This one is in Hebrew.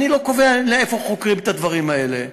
אני לא קובע איפה חוקרים את הדברים האלה.